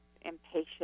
impatient